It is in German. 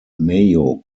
mayo